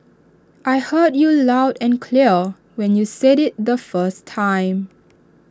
I heard you loud and clear when you said IT the first time